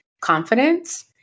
confidence